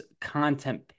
content